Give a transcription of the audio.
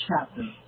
chapter